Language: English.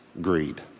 Greed